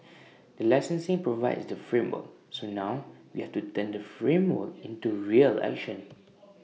the licensing provides the framework so now we have to turn the framework into real action